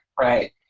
right